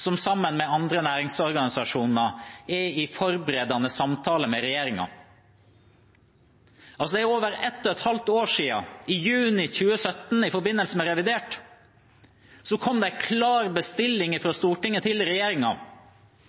som sammen med andre næringsorganisasjoner er i forberedende samtale med regjeringen. Det er over et og et halvt år siden – i juni 2017, i forbindelse med revidert – at det kom en klar bestilling fra Stortinget til